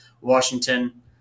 Washington